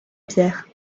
pierre